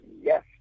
Yes